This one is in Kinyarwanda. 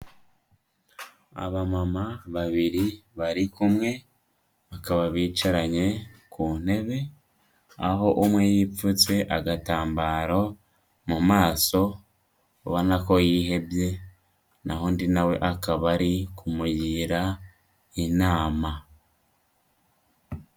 Abamama babiri bari kumwe, bakaba bicaranye ku ntebe, aho umwe yipfutse agatambaro mu maso ubona ko yihebye, naho undi na we akaba ari kumugira inama.